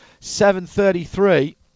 7:33